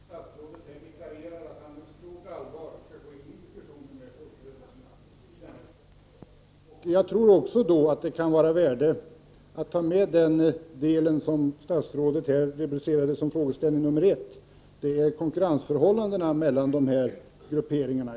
Herr talman! Jag sätter mycket stort värde på att statsrådet här deklarerar att han med stort allvar skall gå in i diskussionen med folkrörelserna i denna fråga. Jag tror att det kan vara av värde att då ta med den del statsrådet kallade fråga nr 1, konkurrensförhållandet mellan dessa grupperingar.